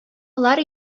болар